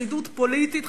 ושרידות פוליטית,